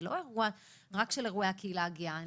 זה לא אירוע רק של הקהילה הגאה.